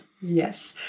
Yes